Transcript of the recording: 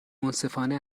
منصفانه